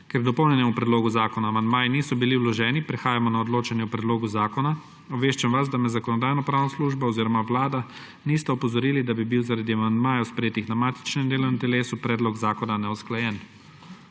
Ker k dopolnjenemu predlogu zakona amandmaji niso bili vloženi, prehajamo na odločanje o predlogu zakona. Obveščam vas, da me Zakonodajno-pravna služba oziroma Vlada nista opozorili, da bi bil zaradi amandmajev, sprejetih na matičnem delovnem telesu, predlog zakona neusklajen.